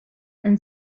and